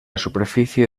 superficie